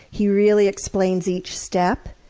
he really explains each step.